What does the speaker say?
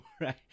right